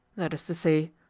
that is to say,